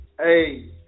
Hey